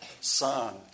son